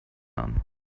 namen